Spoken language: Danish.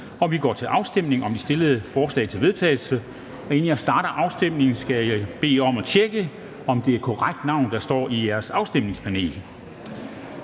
og vi går til afstemning om de stillede forslag til vedtagelse. Inden jeg starter afstemningen, skal jeg bede jer om at tjekke, om det er det korrekte navn, der står I jeres afstemningspanel.